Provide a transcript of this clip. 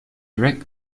wreck